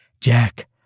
Jack